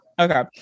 okay